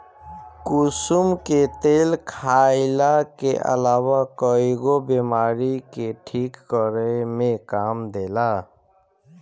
कुसुम के तेल खाईला के अलावा कईगो बीमारी के ठीक करे में काम देला